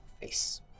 face